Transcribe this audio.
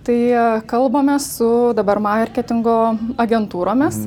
tai kalbame su dabar marketingo agentūromis